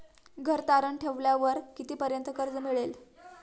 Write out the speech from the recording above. घर तारण ठेवल्यावर कितीपर्यंत कर्ज मिळेल?